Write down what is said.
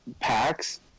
packs